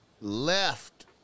left